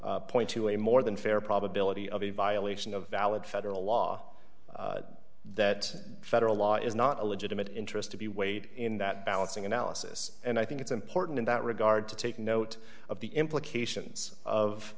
point to a more than fair probability of a violation of valid federal law that federal law is not a legitimate interest to be weighed in that balancing analysis and i think it's important in that regard to take note of the implications of